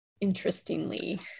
interestingly